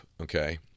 okay